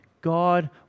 God